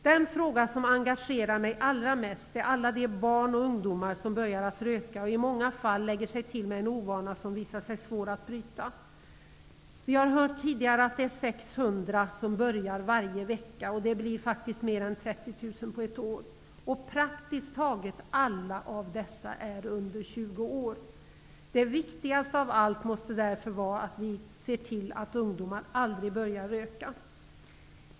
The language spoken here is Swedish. Den fråga som engagerar mig allra mest är alla de barn och ungdomar som börjar att röka och i många fall lägger sig till med en ovana som visar sig svår att bryta. Vi har hört tidigare att 600 börjar röka varje vecka. Det blir mer än 30 000 på ett år! Och praktiskt taget alla av dessa är under 20 år. Det viktigaste av allt måste därför vara att vi ser till att ungdomar aldrig börjar röka.